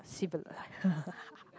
civilized